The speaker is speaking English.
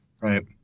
Right